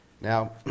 Now